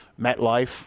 MetLife